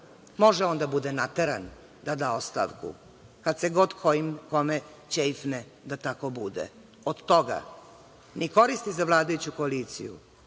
može on da bude nateran da da ostavku, kad se god kome ćefne da tako bude. Od toga ni koristi za vladajuću koaliciju,